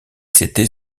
c’était